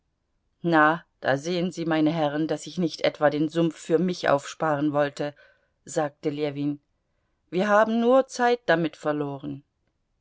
na da sehen sie meine herren daß ich nicht etwa den sumpf für mich aufsparen wollte sagte ljewin wir haben nur zeit damit verloren